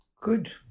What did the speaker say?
Good